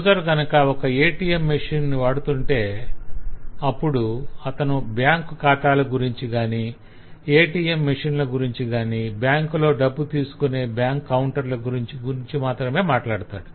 user కనుక ఒక ATM machine ను వాడుతుంటే అప్పుడు అతను బ్యాంకు ఖాతాల గురించి కాని ATM మెషిన్ ల గురించి కాని బ్యాంకులో డబ్బు తీసుకునే బ్యాంకు కౌంటర్ ల గురించి మాత్రమే మాట్లాడగలడు